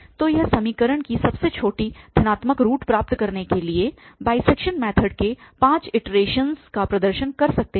तो हम समीकरण की सबसे छोटी धनात्मक रूट प्राप्त करने के लिए बाइसैक्शन मैथड के पांच इटरेशनस का प्रदर्शन कर सकते हैं